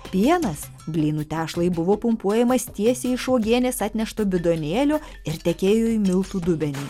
pienas blynų tešlai buvo pumpuojamas tiesiai iš uogienės atnešto bidonėlio ir tekėjo į miltų dubenį